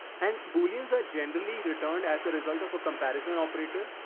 and booleans are generally returned as a result of a comparison operator.